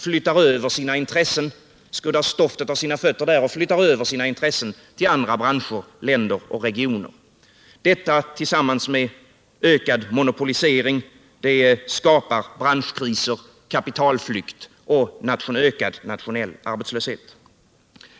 De skuddar stoftet av sina fötter där och flyttar över sina intressen till andra branscher, regioner och länder. Detta tillsammans med ökad monopolisering skapar branschkriser, kapitalflykt och ökad nationell arbetslöshet.